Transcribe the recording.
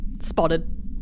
spotted